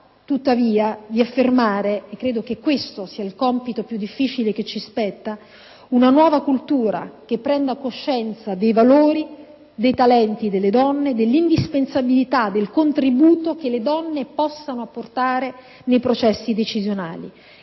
tuttavia di affermare - credo che questo sia il compito più difficile che ci spetta - una nuova cultura che prenda coscienza dei valori, dei talenti e dell'indispensabilità del contributo che le donne possono portare nei processi decisionali.